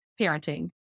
parenting